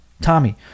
Tommy